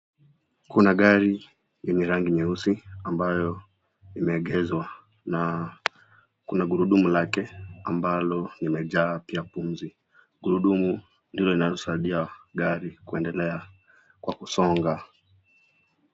Kuna gari lenye rangi nyeusi ambayo imeegezwa na kuna gurudumu lake ambalo limejaa pia pumzi. Gurudumu ndilo inalosaidia gari kuendelea kwa kusonga.